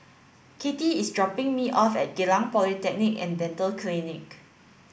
Katy is dropping me off at Geylang Polyclinic and Dental Clinic